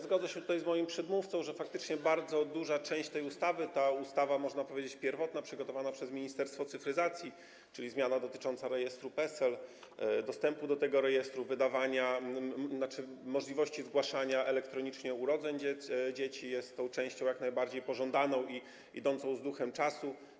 Zgodzę się tutaj z moim przedmówcą, że faktycznie bardzo duża część tej ustawy, ta ustawa, można powiedzieć, pierwotna, przygotowana przez Ministerstwo Cyfryzacji - czyli zmiana dotycząca rejestru PESEL, dostępu do tego rejestru, możliwości zgłaszania elektronicznie urodzeń dzieci - jest tą częścią jak najbardziej pożądaną i idącą z duchem czasu.